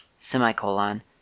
semicolon